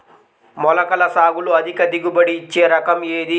మొలకల సాగులో అధిక దిగుబడి ఇచ్చే రకం ఏది?